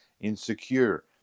insecure